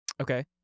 Okay